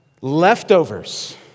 leftovers